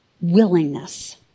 willingness